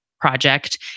project